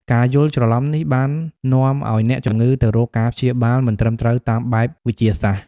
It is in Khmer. ការយល់ច្រឡំនេះបាននាំឱ្យអ្នកជំងឺទៅរកការព្យាបាលមិនត្រឹមត្រូវតាមបែបវិទ្យាសាស្ត្រ។